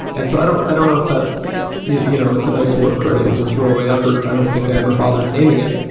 and so i don't i don't know if that you know it's a night's work. it was a throw away effort. i don't think i ever bothered naming it.